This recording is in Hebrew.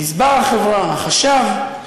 גזבר החברה, החשב.